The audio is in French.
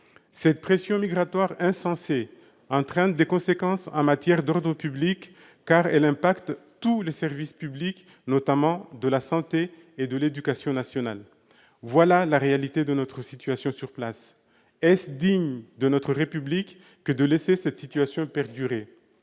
telle pression migratoire insensée entraîne des conséquences en matière d'ordre public. Elle a des effets sur tous les services publics, notamment la santé et l'éducation nationale. Voilà la réalité de notre situation sur place ! Est-il digne de notre République de laisser cette situation perdurer ?